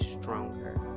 stronger